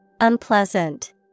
Unpleasant